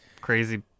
crazy